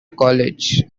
college